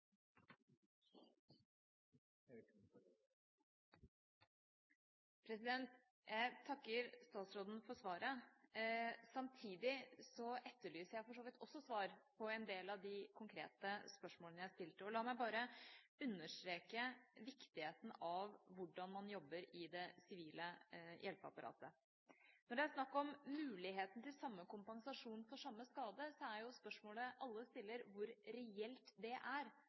Jeg takker statsråden for svaret. Samtidig etterlyser jeg for så vidt også svar på en del av de konkrete spørsmålene jeg stilte. La meg bare understreke viktigheten av hvordan man jobber i det sivile hjelpeapparatet. Når det er snakk om muligheten til samme kompensasjon for samme skade, er jo spørsmålet alle stiller, hvor reelt det er